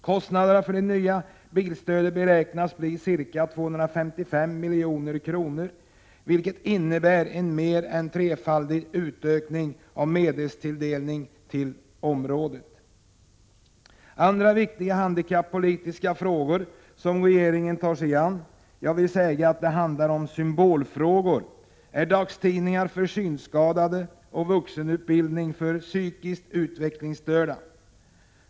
Kostnaderna för det nya bilstödet beräknas bli ca 255 milj.kr., vilket innebär en mer än trefaldig utökning av medelstilldelningen till området. = Andra viktiga handikappolitiska frågor som regeringen tar sig an — jag vill säga att det handlar öm symbolfrågor — är dagstidningar för synskadade och vuxenutbildningen för psykiskt utvecklingsstörda.